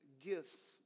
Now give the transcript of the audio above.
gifts